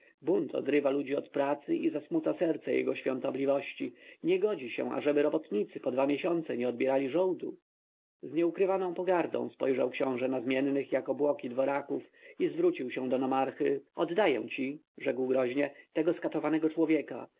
bunt odrywa ludzi od pracy i zasmuca serce jego świątobliwości nie godzi się ażeby robotnicy po dwa miesiące nie odbierali żołdu z nieukrywaną pogardą spojrzał książę na zmiennych jak obłoki dworaków i zwrócił się do nomarchy oddaję ci rzekł groźnie tego skatowanego człowieka